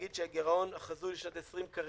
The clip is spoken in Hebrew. הגירעון החזוי לשנת 20' כרגע,